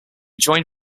joined